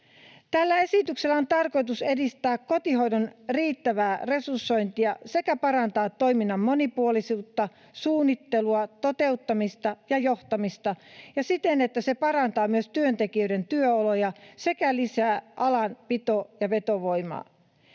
Tällä esityksellä on tarkoitus edistää kotihoidon riittävää resursointia sekä parantaa toiminnan monipuolisuutta, suunnittelua, toteuttamista ja johtamista siten, että se parantaa myös työntekijöiden työoloja sekä lisää alan pito- ja vetovoimaa.